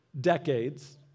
decades